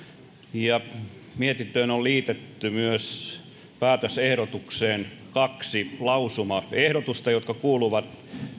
ja mietinnössä on liitetty myös päätösehdotukseen kaksi lausumaehdotusta jotka kuuluvat